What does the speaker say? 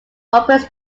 operates